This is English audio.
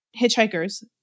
hitchhikers